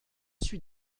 suis